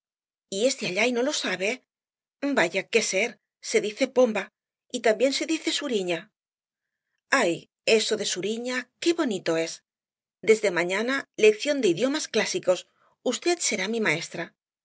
y es de allá y no lo sabe vaya qué ser se dice pomba y también se dice suriña ay eso de suriña qué bonito es desde mañana lección de idiomas clásicos v será mi maestra